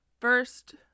first